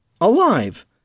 alive